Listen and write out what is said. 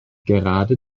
gerade